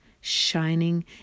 shining